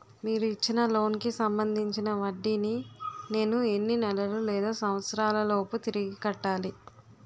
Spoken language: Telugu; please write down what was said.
మీరు ఇచ్చిన లోన్ కి సంబందించిన వడ్డీని నేను ఎన్ని నెలలు లేదా సంవత్సరాలలోపు తిరిగి కట్టాలి?